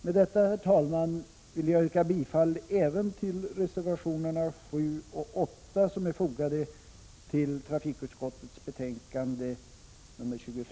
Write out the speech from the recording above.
Med detta, herr talman, vill jag yrka bifall även till reservationerna 7 och 8 som är fogade till trafikutskottets betänkande nr 25.